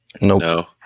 No